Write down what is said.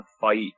fight